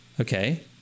Okay